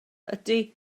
ydy